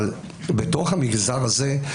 אבל בתוך המגזר הזה,